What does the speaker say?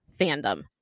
fandom